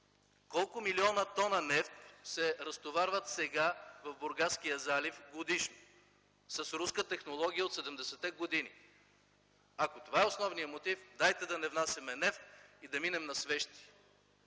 колко милиона тона нефт се разтоварват сега в Бургаския залив годишно с руска технология от 70-те години? Ако това е основният мотив, дайте да не внасяме нефт и да минем на свещи.